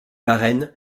varenne